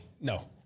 No